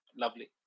Lovely